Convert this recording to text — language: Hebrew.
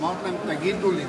אמרתי להם: תגידו לי,